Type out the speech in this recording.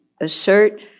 assert